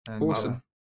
Awesome